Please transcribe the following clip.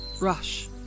Rush